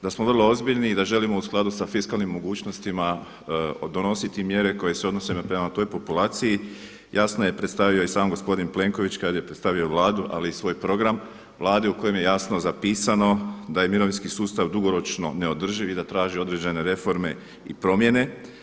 Da smo vrlo ozbiljni i da želimo u skladu sa fiskalnim mogućnostima donositi mjere koje se odnose prema toj populaciji jasno je predstavio i sam gospodin Plenković kada je predstavio Vladu ali i svoj program Vlade u kojem je jasno zapisano da je mirovinski sustav dugoročno neodrživ i da traži određene reforme i promjene.